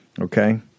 Okay